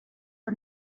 for